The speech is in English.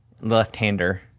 left-hander